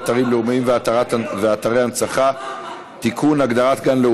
אתרים לאומיים ואתרי הנצחה (תיקון מס' 17)